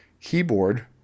keyboard